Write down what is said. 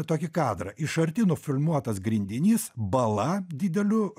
tokį kadrą iš arti nufilmuotas grindinys bala dideliu